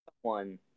One